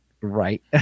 right